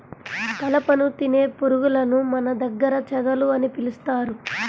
కలపను తినే పురుగులను మన దగ్గర చెదలు అని పిలుస్తారు